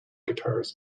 guitars